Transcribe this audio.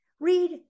Read